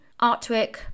Artwork